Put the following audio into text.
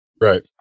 Right